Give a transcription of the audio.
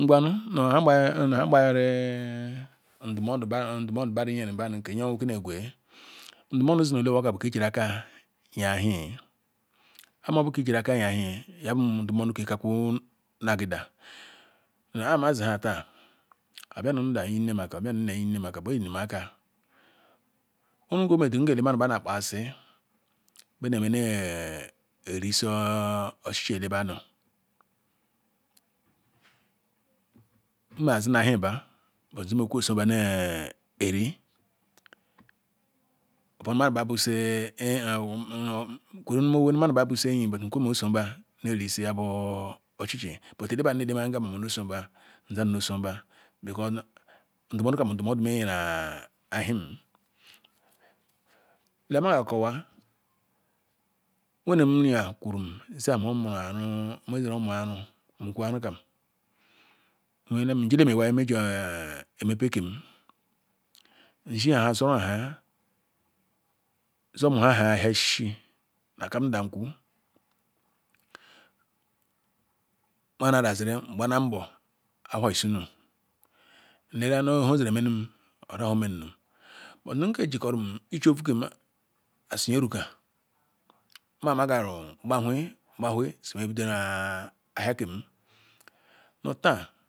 Ngwa nu nihe gbayeri ndumodu ba ndumodu bah badu nyeobu zi neh egwe ndumodu zi nu owah kah bu ki iji akah nye ahi amobu nhe ijirika nhe awui oweh ndumodu keh kah kwe agidah ni ah maza hah tah obah ni ndam yinem akah obah ni nnem yinem akah but nyeyinem akah owere ngah omedu ngah mini nah nah lc pasi veh neh ene erisi ochichi ele badu nma zi na ahi bah but nne soh bah eri upon mani bah buset Akwere mah nu mari busah enyi nmeso bah neh ere yah ba ochichi but ele badu neh ele anya ngam mah but mene soh bah nzam noh osobah because ndumodu kak bu ndumodu meh yeri ahim ele nma jor kowa wenem eriya kanum ze hemazore ijor mu aru njibem iwai meje emepeh kem iji-aha nzor mahaha nhe ushishi mana daziri ahua isuru nleka oze menum oza nhe omenum bht nkejikorum ovu krm as nyetuka nma nmaguru kpahue si meh bidore ahia kem na tah